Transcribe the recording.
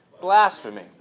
blasphemy